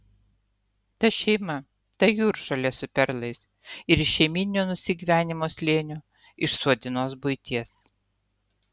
ta šeima ta jūržolė su perlais ir iš šeimyninio nusigyvenimo slėnio iš suodinos buities